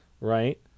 right